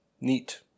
Neat